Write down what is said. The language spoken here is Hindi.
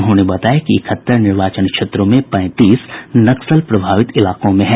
उन्होंने बताया कि इकहत्तर निर्वाचन क्षेत्रों में पैंतीस नक्सल प्रभावित इलाकों में हैं